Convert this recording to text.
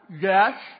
yes